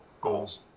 goals